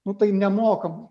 nu tai nemokamai